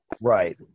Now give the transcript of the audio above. Right